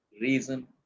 reason